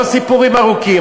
לא סיפורים ארוכים,